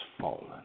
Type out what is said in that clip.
fallen